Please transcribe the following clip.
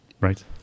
Right